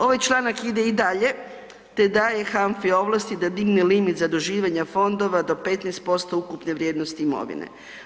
Ovaj članak ide i dalje, te daje HANFA-i ovlasti da digne limit zaduživanja fondova do 15% ukupne vrijednosti imovine.